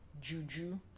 juju